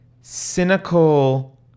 cynical